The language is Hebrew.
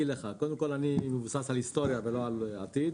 קודם כל, אני מתבסס על היסטוריה ולא על העתיד.